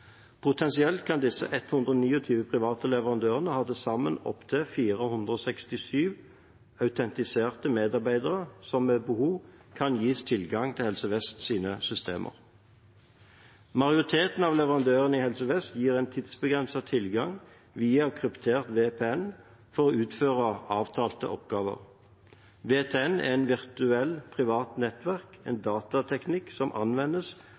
Potensielt kan disse 129 private leverandørene ha til sammen opptil 467 autentiserte medarbeidere som ved behov kan gis tilgang til Helse Vest sine systemer. Majoriteten av leverandørene i Helse Vest gis tidsbegrenset tilgang via kryptert VPN for å utføre avtalte oppgaver. VPN er et virtuelt privat nettverk, en datateknikk som anvendes